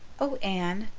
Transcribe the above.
oh, anne,